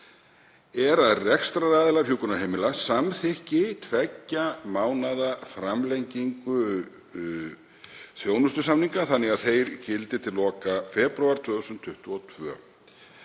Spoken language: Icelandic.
að rekstraraðilar hjúkrunarheimila samþykki tveggja mánaða framlengingu þjónustusamninga, þannig að þeir gildi til loka febrúar 2022.